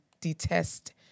detest